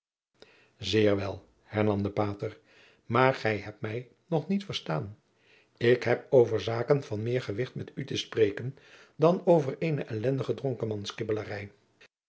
zeer wel hernam de pater maar gij hebt mij nog niet verstaan ik heb over zaken van meer gewicht met u te spreken dan over eene elendige dronkemans